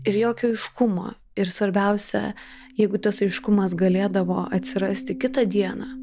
ir jokio aiškumo ir svarbiausia jeigu tas aiškumas galėdavo atsirasti kitą dieną